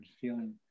feeling